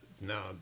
Now